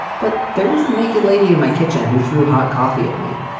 but there was a naked lady in my kitchen who threw hot coffee at me.